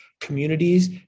communities